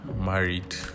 married